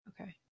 Okay